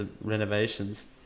renovations